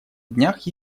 днях